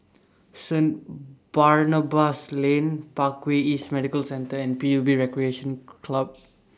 Saint Barnabas Lane Parkway East Medical Centre and P U B Recreation Club